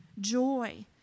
joy